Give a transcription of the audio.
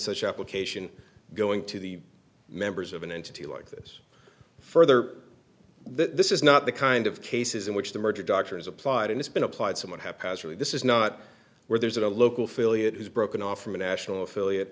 such application going to the members of an entity like this further this is not the kind of cases in which the merger doctors applied and it's been applied some would have passed really this is not where there's a local affiliate has broken off from a national affiliate